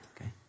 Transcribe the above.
okay